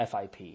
FIP